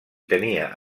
tenia